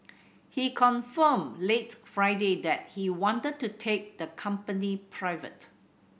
he confirmed late Friday that he wanted to take the company private